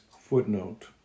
footnote